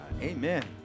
Amen